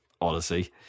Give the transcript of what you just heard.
Odyssey